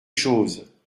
choses